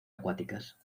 acuáticas